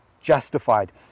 justified